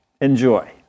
enjoy